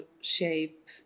shape